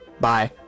Bye